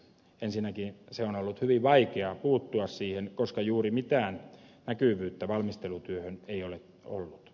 ensinnäkin on ollut hyvin vaikeaa puuttua siihen koska juuri mitään näkyvyyttä valmistelutyöhön ei ole ollut